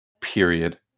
period